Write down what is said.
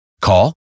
Call